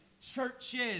churches